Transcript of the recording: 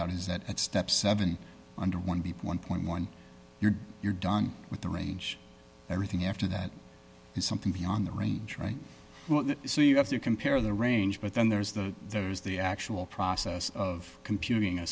out is that at step seven under one b one point one you're you're done with the range everything after that is something beyond the range right so you have to compare the range but then there's the there is the actual process of computing a